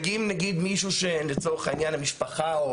מגיעים נגיד מישהו שלצורך העניין המשפחה או